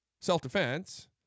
Self-defense